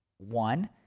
one